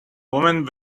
women